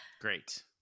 Great